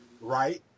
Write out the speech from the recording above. Right